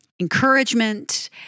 encouragement